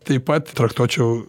taip pat traktuočiau